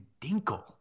Dinkle